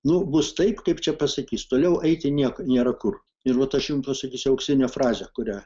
nu bus taip kaip čia pasakys toliau eiti nieka nėra kur ir vat aš jum pasakysiu auksinę frazę kurią